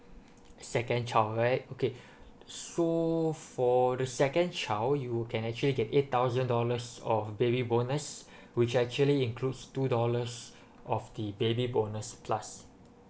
second child right okay so for the second child you can actually get eight thousand dollars of baby bonus which actually includes two dollars of the baby bonus plus